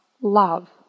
love